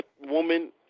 woman